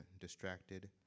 distracted